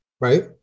right